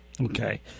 Okay